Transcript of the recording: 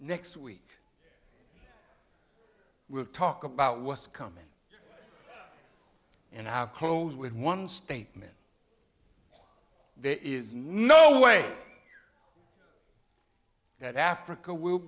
next week we'll talk about what's coming and how close with one statement there is no way that africa will